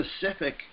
specific